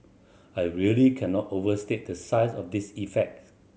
i really cannot overstate the size of this effect